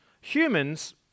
humans